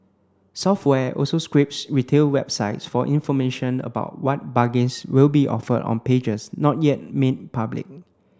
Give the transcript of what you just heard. software also scrapes retail websites for information about what bargains will be offered on pages not yet made public